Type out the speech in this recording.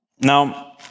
Now